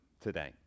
today